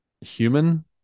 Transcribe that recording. human